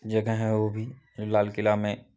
जगह है वह भी लाल किला में